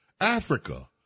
Africa